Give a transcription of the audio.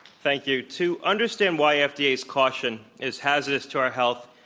thank you. to understand why ah fda's caution is hazardous to our health,